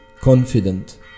confident